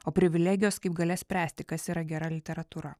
o privilegijos kaip galia spręsti kas yra gera literatūra